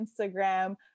instagram